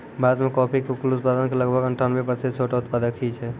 भारत मॅ कॉफी के कुल उत्पादन के लगभग अनठानबे प्रतिशत छोटो उत्पादक हीं छै